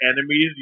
enemies